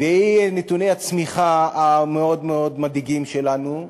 והיא נתוני הצמיחה המאוד-מאוד מדאיגים שלנו,